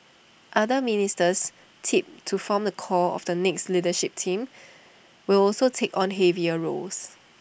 other ministers tipped to form the core of the next leadership team will also take on heavier roles